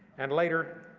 and later,